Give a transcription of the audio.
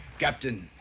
captain.